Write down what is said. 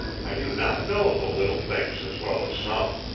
i do not know the little things as well as some.